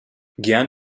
gern